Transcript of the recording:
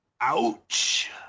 Ouch